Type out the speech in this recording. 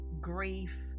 grief